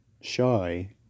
shy